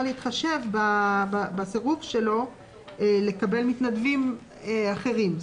להתחשב בסירוב שלו לקבל מתנדבים אחרים,